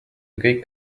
kõik